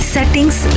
Settings